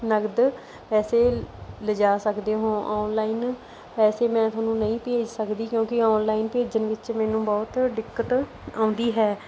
ਨਗਦ ਪੈਸੇ ਲਿਜਾ ਸਕਦੇ ਹੋ ਓਨਲਾਈਨ ਪੈਸੇ ਮੈਂ ਤੁਹਾਨੂੰ ਨਹੀਂ ਭੇਜ ਸਕਦੀ ਕਿਉਂਕਿ ਓਨਲਾਈਨ ਭੇਜਣ ਵਿੱਚ ਮੈਨੂੰ ਬਹੁਤ ਦਿੱਕਤ ਆਉਂਦੀ ਹੈ